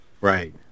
Right